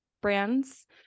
brands